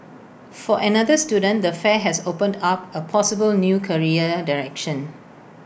for another student the fair has opened up A possible new career direction